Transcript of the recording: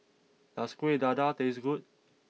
does Kueh Dadar taste good